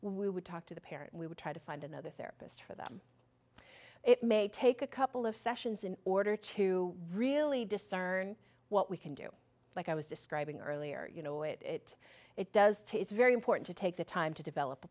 fit we would talk to the parent we would try to find another therapist for them it may take a couple of sessions in order to really discern what we can do like i was describing earlier you know it it it does to it's very important to take the time to develop a